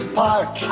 park